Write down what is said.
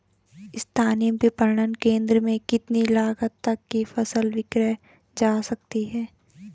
स्थानीय विपणन केंद्र में कितनी लागत तक कि फसल विक्रय जा सकती है?